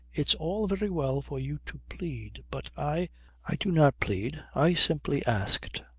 it's all very well for you to plead, but i i do not plead. i simply asked.